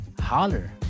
holler